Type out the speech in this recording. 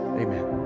Amen